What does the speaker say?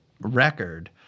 record